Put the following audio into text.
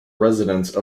residence